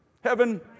heaven